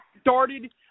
started